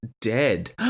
dead